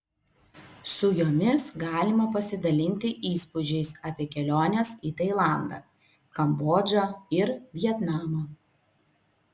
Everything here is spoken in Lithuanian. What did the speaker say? su jomis galima pasidalinti įspūdžiais apie keliones į tailandą kambodžą ir vietnamą